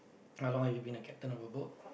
how long have you been the captain of a boat